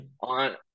on